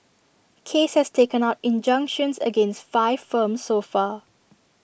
case has taken out injunctions against five firms so far